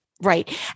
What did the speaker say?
Right